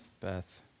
Beth